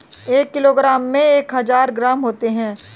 एक किलोग्राम में एक हजार ग्राम होते हैं